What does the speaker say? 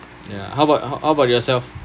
ya how about how about yourself